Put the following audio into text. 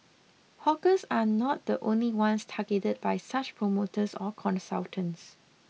hawkers are not the only ones targeted by such promoters or consultants